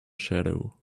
shadow